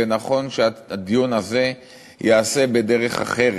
ונכון שהדיון הזה ייעשה בדרך אחרת.